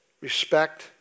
Respect